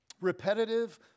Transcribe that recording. Repetitive